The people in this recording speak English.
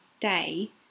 day